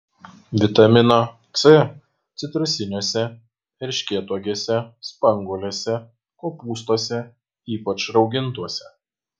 vitamino c citrusiniuose erškėtuogėse spanguolėse kopūstuose ypač raugintuose